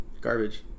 garbage